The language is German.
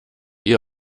eher